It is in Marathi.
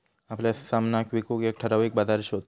आपल्या सामनाक विकूक एक ठराविक बाजार शोध